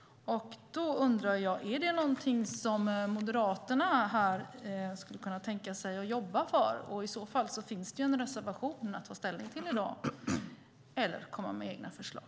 Då undrar jag: Är det någonting som Moderaterna skulle kunna tänka sig att jobba för? I så fall finns det en reservation att ta ställning till i dag. Eller också kan man komma med egna förslag.